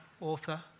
author